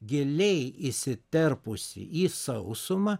giliai įsiterpusi į sausumą